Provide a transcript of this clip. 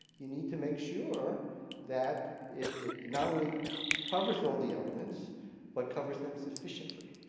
you need to make sure that it it not only covers all the elements but covers them sufficiently.